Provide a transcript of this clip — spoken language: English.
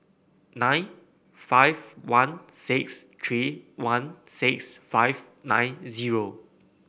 nine five one six three one six five nine zero